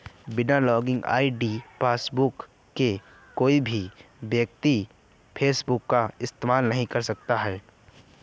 बिना login ID password के कोई भी व्यक्ति फेसबुक का इस्तेमाल नहीं कर सकता